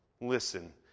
listen